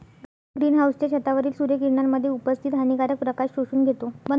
green हाउसच्या छतावरील सूर्य किरणांमध्ये उपस्थित हानिकारक प्रकाश शोषून घेतो